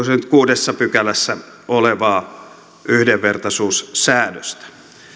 se nyt kuudennessa pykälässä olevaa yhdenvertaisuussäännöstä